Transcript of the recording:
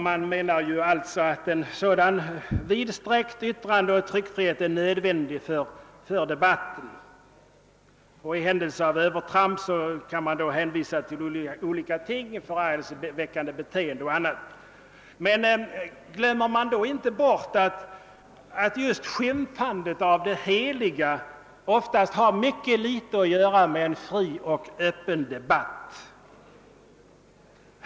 Man menar att en vidsträckt yttrandeoch tryckfrihet är nödvändig för debatten — i händelse av övertramp kan man hänvisa till bestämmelserna om exempelvis förargelseväckande beteende, sägs det. Men glömmer man då inte att just skymfandet av det heliga oftast har mycket litet att göra med en fri och öppen debatt?